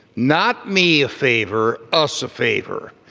not me a favor. us a favor.